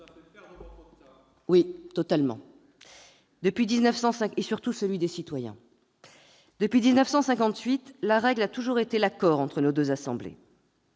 effectivement, et surtout celui des citoyens ! Depuis 1958, la règle a toujours été l'accord entre nos deux assemblées.